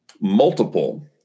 multiple